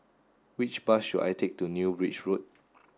which bus should I take to New Bridge Road